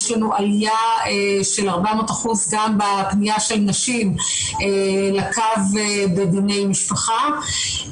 יש לנו עלייה של 400% גם בפנייה של נשים לקו לבני משפחה.